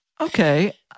Okay